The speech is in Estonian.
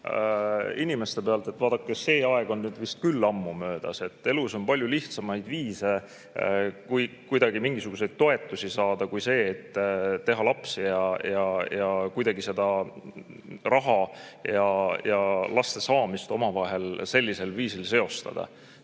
inimeste pealt, et see aeg on vist küll ammu möödas. Elus on palju lihtsamaid viise kuidagi mingisuguseid toetusi saada kui see, et teha lapsi. Kuidagi seda raha ja laste saamist omavahel sellisel viisil seostada